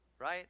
right